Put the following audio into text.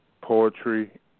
poetry